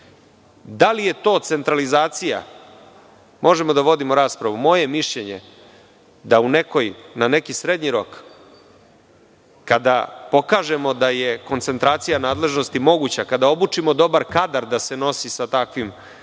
li je to centralizacija, možemo da vodimo raspravu. Moje je mišljenje da na neki srednji rok, kada pokažemo da je koncentracija nadležnosti moguća, kada obučimo dobar kadar da se nosi sa takvim